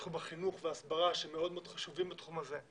תחום החינוך וההסברה שמאוד מאוד חשובים בתחום הזה.